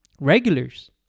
regulars